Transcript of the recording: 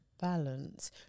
balance